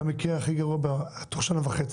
ובמקרה הכי גרוע תוך שנה וחצי.